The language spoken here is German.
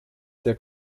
der